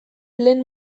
lehen